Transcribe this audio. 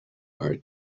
art